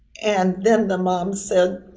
and then the mom said,